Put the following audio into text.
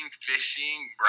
fishing